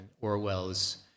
Orwell's